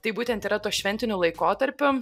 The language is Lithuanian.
tai būtent yra tuo šventiniu laikotarpiu